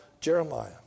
Jeremiah